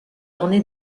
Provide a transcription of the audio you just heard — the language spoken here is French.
orné